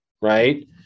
right